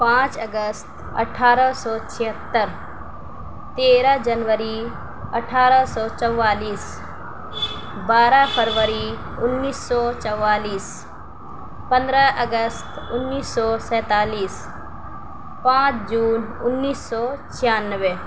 پانچ اگست اٹھارہ سو چھہتر تیرہ جنوری اٹھارہ سو چوالیس بارہ فروری انیس سو چوالیس پندرہ اگست انیس سو سینتالیس پانچ جون انیس سو چھیانوے